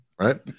right